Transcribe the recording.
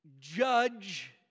judge